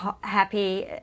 happy